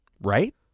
right